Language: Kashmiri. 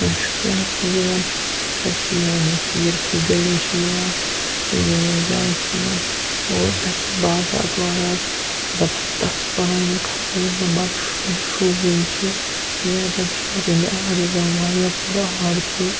شُپیَنَس منٛز یِوان تَتہِ چھِ یِوان پیٖر کی گلی چھِ یِوان یِم یِم جایہِ چھِ یِوان اور تَتہِ چھِ باغات واغات زَبَردَس بَنٲومٕتۍ خلوٲیی منٛز یِم زَن بَڑٕ شوٗبان شوٗبوٕنۍ چھِ یا تَتہِ چھِ اگرَے مےٚ آڑٕ یُس زَن واریاہ بوٚڑ آڑٕ چھُ